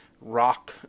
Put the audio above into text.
rock